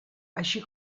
així